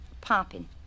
popping